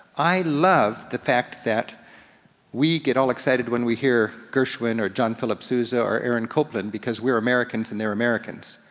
i love the fact that we get all excited when we hear gershwin, or john philip sousa, or aaron coplan because we're americans and they're americans.